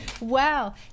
wow